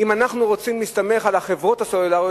אם אנחנו רוצים להסתמך על החברות הסלולריות,